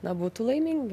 na būtų laimingi